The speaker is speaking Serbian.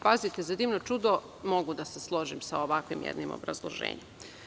Pazite, za divno čudo, mogu da se složim sa ovakvim jednim obrazloženjem.